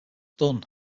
dunn